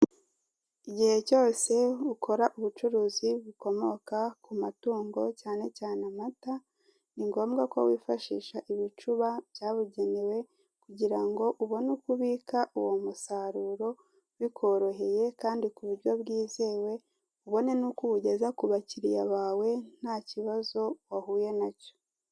Igihe cyose ukora ubucuruzi bukomoka ku matungo cyane cyane amata ni ngombwa ko wifashisha ibicuba byabugenewe, kugira ngo ubone uko ubika uwo musaruro bikoroheye kandi kuburyo bwizewe ubone n'uko uwugeza ku bakiriya bawe nta kibazo wahuye nacyo.